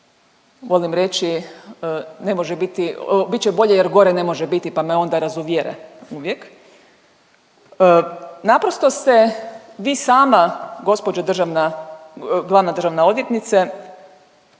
volim reći ne može biti, bit će bolje jer gore ne može biti pa me onda razuvjere uvijek, naprosto ste vi sama gospođo državna, glavna državna odvjetnice